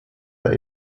war